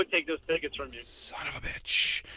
ah take those tickets from you. son of a bitch.